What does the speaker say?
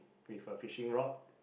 with a fishing rod